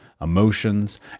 emotions